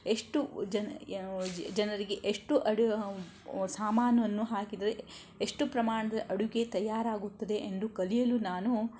ಎಷ್ಟು ಜನ ಜನರಿಗೆ ಎಷ್ಟು ಅಡು ಸಾಮಾನನ್ನು ಹಾಕಿದರೆ ಎಷ್ಟು ಪ್ರಮಾಣದ ಅಡುಗೆ ತಯಾರಾಗುತ್ತದೆ ಎಂದು ಕಲಿಯಲು ನಾನು